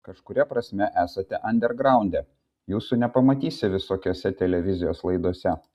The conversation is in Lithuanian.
kažkuria prasme esate andergraunde jūsų nepamatysi visokiose televizijos laidose